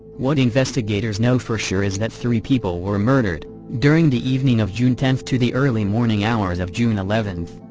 what investigators know for sure is that three people were murdered during the evening of june tenth to the early morning hours of june eleventh.